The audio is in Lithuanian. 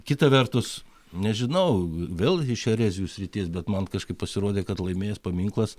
kita vertus nežinau vėl iš erezijų srities bet man kažkaip pasirodė kad laimės paminklas